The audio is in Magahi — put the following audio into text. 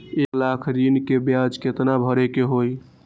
एक लाख ऋन के ब्याज केतना भरे के होई?